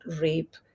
rape